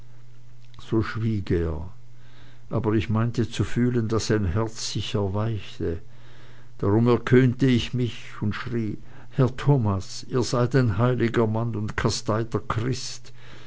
so schwieg er aber ich meinte zu fühlen daß sein herz sich erweichte darum erkühnte ich mich und schrie herr thomas ihr seid ein heiliger mann und